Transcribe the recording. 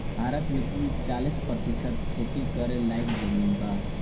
भारत मे कुल चालीस प्रतिशत खेती करे लायक जमीन बा